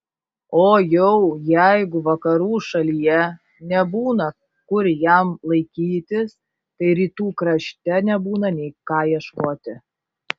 o jau jeigu vakarų šalyje nebūna kur jam laikytis tai rytų krašte nebūna nei ką ieškoti